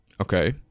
Okay